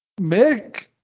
Mick